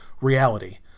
reality